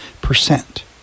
percent